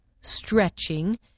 stretching